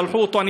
שלחו אותו,